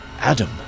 Adam